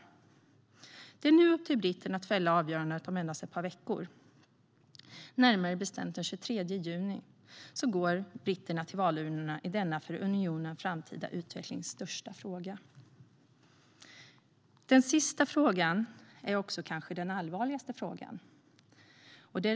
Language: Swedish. Det är upp till britterna att fälla avgörandet om endast ett par veckor, närmare bestämt den 23 juni. Då går britterna till valurnorna i denna för unionens framtida utvecklings största fråga. Den sista frågan är kanske också den allvarligaste.